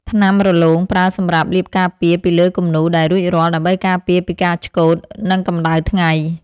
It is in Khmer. ថ្នាំរលោង ប្រើសម្រាប់លាបការពារពីលើគំនូរដែលរួចរាល់ ដើម្បីការពារពីការឆ្កូត និងកម្ដៅថ្ងៃ។